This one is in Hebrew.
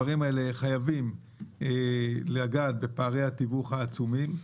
הדברים האלה חייבים לגעת בפערי התיווך העצומים.